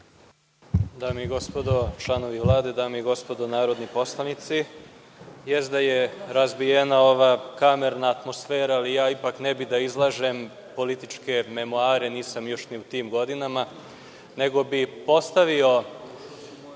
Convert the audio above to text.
Dame i gospodo članovi Vlade, dame i gospodo narodni poslanici, jeste da je razbijena ova kamerna atmosfera, ali ne bih da izlažem političke memoare, nisam još u tim godinama, nego bih postavio